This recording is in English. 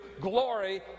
glory